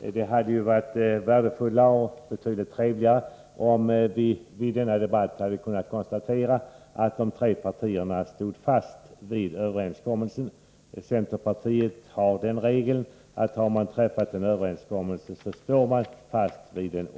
Men det hade varit värdefullt och betydligt trevligare, om vi i denna debatt hade kunnat konstatera att alla de tre partierna stod fast vid överenskommelsen. Centerpartiet har den regeln, att har man träffat en överenskommelse, står man också fast vid den